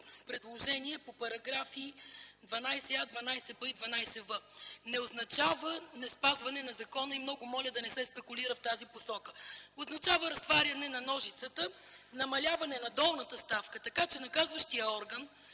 предложение по параграфи 12а, 12б и 12в? Не означава неспазване на закона и много моля да не се спекулира в тази посока. Означава разтваряне на ножицата, намаляване на долната ставка, така че наказващият орган